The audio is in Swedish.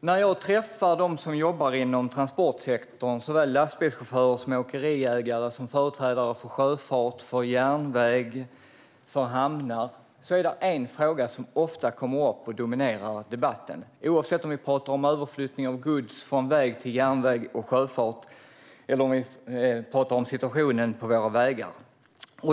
När jag träffar dem som jobbar inom transportsektorn, såväl lastbilschaufförer som åkeriägare, företrädare för sjöfart, järnväg och hamnar, kommer ofta en fråga upp och dominerar debatten. Det gäller oavsett om vi talar om överflyttning av gods från väg till järnväg och sjöfart eller om vi talar om situationen på vägarna.